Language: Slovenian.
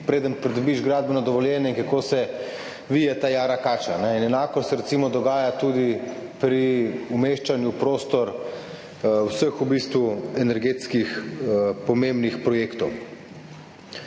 preden pridobiš gradbeno dovoljenje in kako se vije ta jara kača. Enako se recimo dogaja tudi pri umeščanju v prostor v bistvu vseh energetskih pomembnih projektov.